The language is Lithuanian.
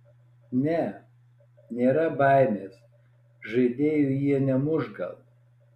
ne nėra baimės žaidėjų jie nemuš gal